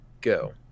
go